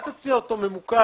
אל תציע אותו ממוקד